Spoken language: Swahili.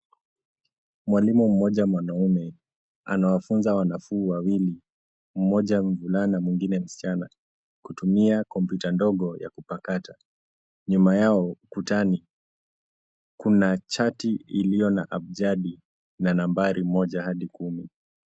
Mwalimu mmoja mwanume anawafunza wanafunzi wawili. Mmoja mvulana na mwingine msichana kutumia kompyuta ndogo ya kupakata. Nyuma yao ukutani kuna chati iliyo na abjadi la nambari moja hadi kumi.